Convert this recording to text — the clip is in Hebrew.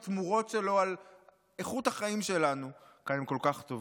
אם התמורות שלו לאיכות החיים שלנו כל כך טובות.